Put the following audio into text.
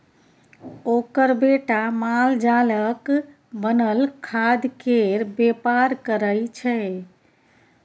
ओकर बेटा मालजालक बनल खादकेर बेपार करय छै